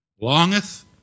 Longeth